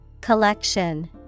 Collection